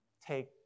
take